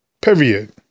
Period